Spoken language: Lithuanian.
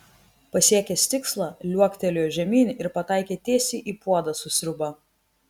pasiekęs tikslą liuoktelėjo žemyn ir pataikė tiesiai į puodą su sriuba